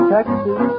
Texas